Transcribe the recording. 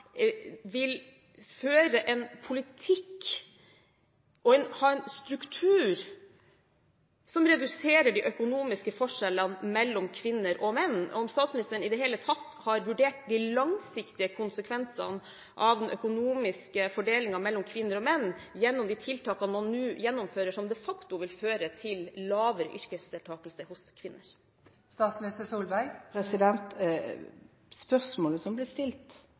vil føre en politikk og ha en struktur som reduserer de økonomiske forskjellene mellom kvinner og menn, og om statsministeren i det hele tatt har vurdert de langsiktige konsekvensene av den økonomiske fordelingen mellom kvinner og menn med de tiltakene man nå gjennomfører, som de facto vil føre til lavere yrkesdeltakelse hos kvinner. Spørsmålet som ble stilt,